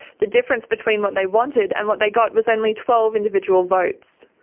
the difference between what they wanted and what they got was only twelve individual votes.